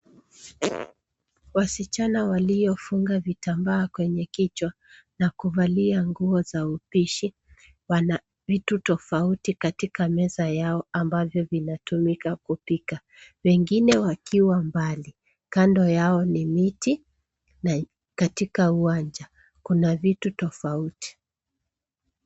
Wasichana waliofunga vitambaa kwenye vichwa na kuvalia nguo za upishi. Wana vitu tofauti katika meza yao ambayo vinatumika kupika. Wengine wakiwa mbali. Kando yao ni miti na katika uwanja kuna vitu tofauti.